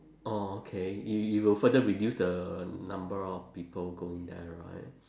orh okay it it will further reduce the number of people going there right